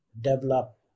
develop